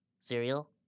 Cereal